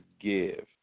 give